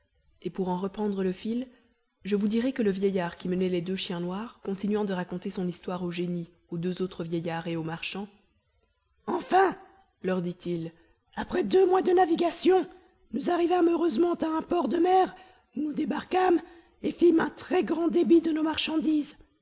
et pour en reprendre le fil je vous dirai que le vieillard qui menait les deux chiens noirs continuant de raconter son histoire au génie aux deux autres vieillards et au marchand enfin leur dit-il après deux mois de navigation nous arrivâmes heureusement à un port de mer où nous débarquâmes et fîmes un très-grand débit de nos marchandises